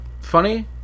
Funny